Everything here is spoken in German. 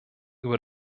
über